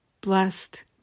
blessed